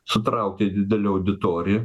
sutraukia didelę auditoriją